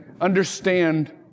understand